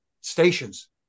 stations